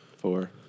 Four